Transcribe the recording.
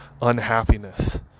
unhappiness